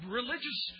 religious